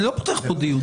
אני לא פותח פה דיון.